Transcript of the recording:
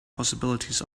possibilities